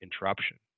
interruption